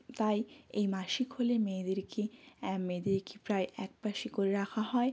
তাই এই মাসিক হলে মেয়েদেরকে মেয়েদেরকে প্রায় এক পাশে করে রাখা হয়